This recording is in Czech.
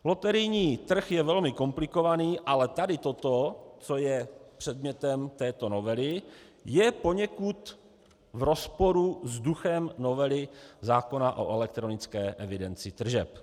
Loterijní trh je velmi komplikovaný, ale tady toto, co je předmětem této novely, je poněkud v rozporu s duchem novely zákona o elektronické evidenci tržeb.